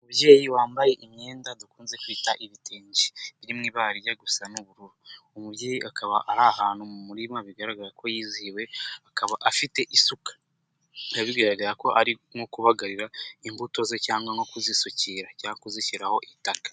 Umubyeyi wambaye imyenda dukunze kwita ibitenge iri mu ibara rijya gusa n'ubururu, umubyeyi akaba ari ahantu mu murima bigaragara ko yizihiwe akaba afite isuka bigaragara ko ari nko kubagarira imbuto ze cyangwa nko kuzisukira cyangwa kuzishyiraho itaka.